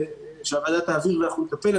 שהוועדה תעביר ואנחנו נטפל.